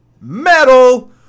Metal